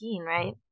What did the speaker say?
right